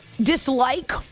Dislike